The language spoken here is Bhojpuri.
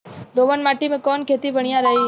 दोमट माटी में कवन खेती बढ़िया रही?